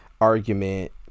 argument